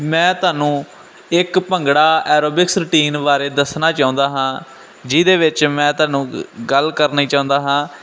ਮੈਂ ਤੁਹਾਨੂੰ ਇੱਕ ਭੰਗੜਾ ਐਰੋਬਿਕਸ ਰੂਟੀਨ ਬਾਰੇ ਦੱਸਣਾ ਚਾਹੁੰਦਾ ਹਾਂ ਜਿਹਦੇ ਵਿੱਚ ਮੈਂ ਤੁਹਾਨੂੰ ਗੱਲ ਕਰਨੀ ਚਾਹੁੰਦਾ ਹਾਂ